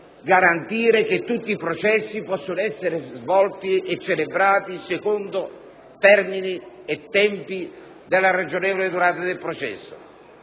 garantire che tutti i processi possano essere svolti e celebrati secondo termini e tempi della ragionevole durata del processo.